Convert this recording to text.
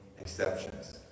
exceptions